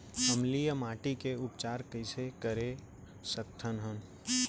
अम्लीय माटी के उपचार कइसे कर सकत हन?